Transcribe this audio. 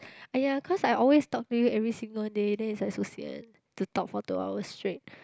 !aiya! cause I always talk to you every single day then it's like so sian to talk for two hours straight